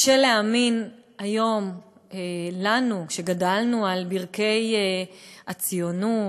קשה להאמין היום, לנו, שגדלנו על ברכי הציונות,